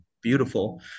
beautiful